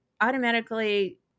automatically